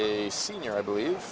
a senior i believe